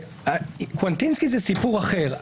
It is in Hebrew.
קוונטינסקי זה סיפור אחר,